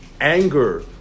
anger